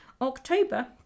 october